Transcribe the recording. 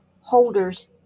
holders